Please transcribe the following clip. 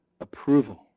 approval